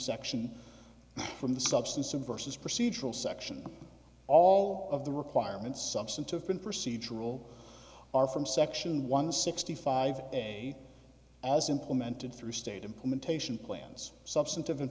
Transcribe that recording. section from the substance of vs procedural section all of the requirements substantive been procedural are from section one sixty five a as implemented through state implementation plans substantive